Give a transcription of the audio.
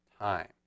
time